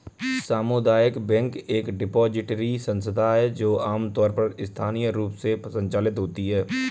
सामुदायिक बैंक एक डिपॉजिटरी संस्था है जो आमतौर पर स्थानीय रूप से संचालित होती है